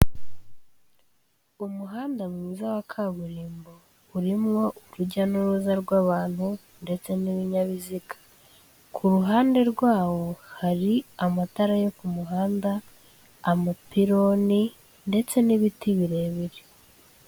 Umuhanda mwiza wa kaburimbo urimo urujya n'uruza rw'abantu ndetse n'ibinyabiziga, ku ruhande rwawo hari amatara yo ku muhanda, amapironi ndetse n'ibiti birebire.